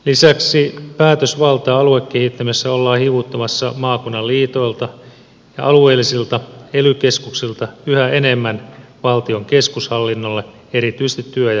lisäksi päätösvaltaa aluekehittämisessä ollaan hivuttamassa maakunnan liitoilta ja alueellisilta ely keskuksilta yhä enemmän valtion keskushallinnolle erityisesti työ ja elinkeinoministeriölle